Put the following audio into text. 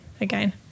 again